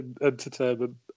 entertainment